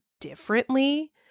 differently